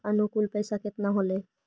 अनुकुल पैसा केतना होलय